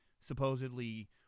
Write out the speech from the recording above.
supposedly